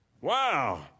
Wow